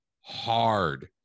hard